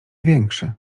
większy